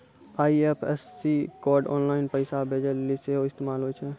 IFSC code online पैसा भेजै लेली सेहो इस्तेमाल होय छै